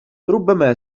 ربما